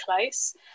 close